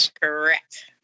correct